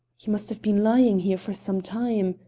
he must have been lying here for some time,